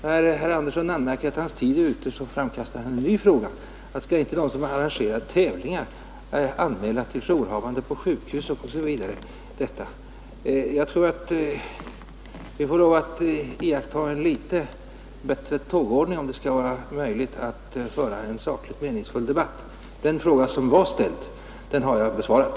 När herr Andersson sedan märkte att hans tid var ute, framkastade han en ny fråga: Skall inte de som arrangerar tävlingar anmäla detta till jourhavande på sjukhus osv.? Jag tror att vi får lov att iakttaga en något bättre tågordning om det skall vara möjligt att föra en sakligt meningsfull debatt. Den fråga som var ställd har jag besvarat.